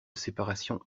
séparation